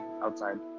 outside